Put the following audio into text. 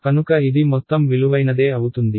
కనుక ఇది మొత్తం విలువైనదే అవుతుంది